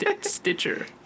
Stitcher